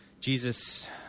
Jesus